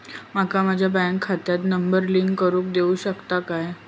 माका माझ्या बँक खात्याक नंबर लिंक करून देऊ शकता काय?